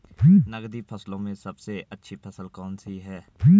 नकदी फसलों में सबसे अच्छी फसल कौन सी है?